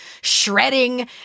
shredding